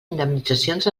indemnitzacions